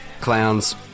clowns